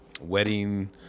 wedding